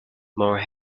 more